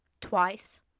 twice